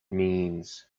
means